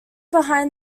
behind